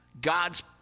God's